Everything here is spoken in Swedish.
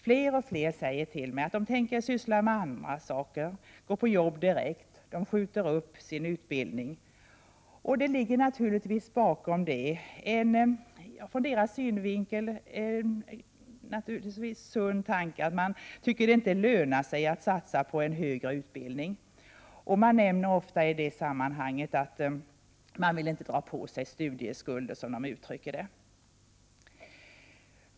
Fler och fler säger till mig att de tänker syssla med andra saker, gå på jobb direkt. De skjuter upp sin utbildning. Bakom det ligger naturligtvis en ur deras synvinkel sund tanke, att man inte tycker att det lönar sig att satsa på en högre utbildning. Man nämner ofta i det sammanhanget att man inte vill dra på sig studieskulder, som man uttrycker det.